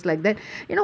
nothing